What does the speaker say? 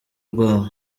rwabo